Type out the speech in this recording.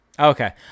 Okay